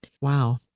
Wow